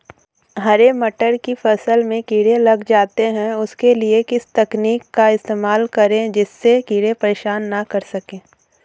हरे मटर की फसल में कीड़े लग जाते हैं उसके लिए किस तकनीक का इस्तेमाल करें जिससे कीड़े परेशान ना कर सके?